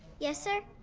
yes, sir?